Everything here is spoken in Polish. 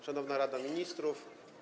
Szanowna Rado Ministrów!